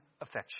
affection